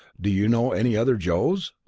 do you know any other joes?